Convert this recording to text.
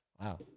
Wow